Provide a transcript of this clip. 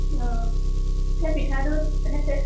অঁ সেই পিঠাটোত